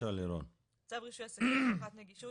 צו רישוי עסקים (הוכחת נגישות),